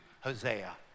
Hosea